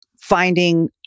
finding